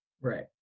right